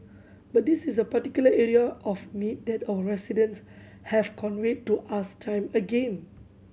but this is a particular area of need that our residents have conveyed to us time again